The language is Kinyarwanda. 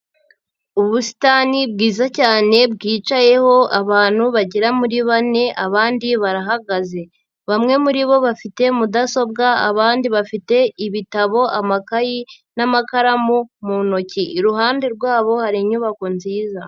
Ubusitani bwiza cyane bwicayeho abantu bagera muri bane abandi barahagaze, bamwe muribo bafite mudasobwa abandi bafite ibitabo, amakayi n'amakaramu mu ntoki, iruhande rwabo hari inyubako nziza.